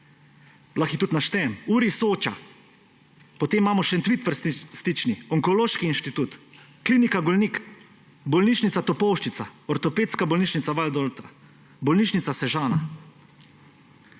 jih tudi naštejem – URI Soča, potem imamo Šentvid pri Stični, Onkološki inštitut, Klinika Golnik, Bolnišnica Topolšica, Ortopedska bolnišnica Valdoltra, Bolnišnica Sežana.